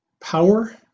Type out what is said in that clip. Power